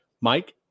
Mike